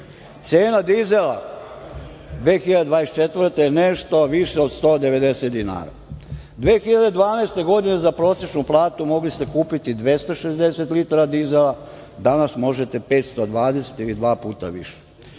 Cena dizela 2024. godine je nešto više od 190 dinara. Godine 2012. za prosečnu platu mogli ste kupiti 260 litara dizela, danas možete 520 ili dva puta više. Hajde